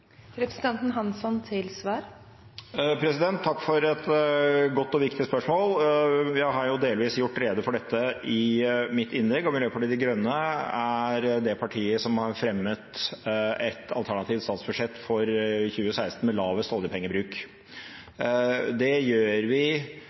Takk for et godt og viktig spørsmål. Jeg har delvis gjort rede for dette i mitt innlegg, og Miljøpartiet De Grønne er det partiet som har fremmet et alternativt statsbudsjett for 2016 med lavest oljepengebruk.